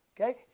Okay